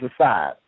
aside